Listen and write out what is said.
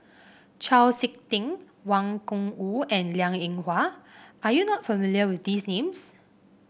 Chau SiK Ting Wang Gungwu and Liang Eng Hwa are you not familiar with these names